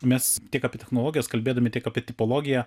mes tiek apie technologijas kalbėdami tiek apie tipologiją